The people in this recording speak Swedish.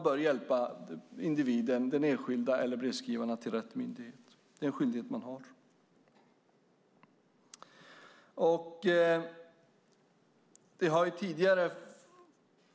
man hjälpa individen till rätt myndighet. Det är en skyldighet man har.